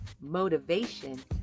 motivation